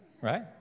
right